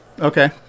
Okay